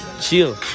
chill